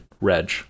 Reg